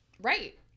right